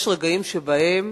יש רגעים שבהם